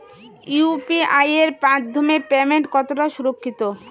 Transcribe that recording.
UPI এর মাধ্যমে payment কতটা সুরক্ষিত?